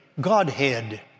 Godhead